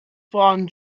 bron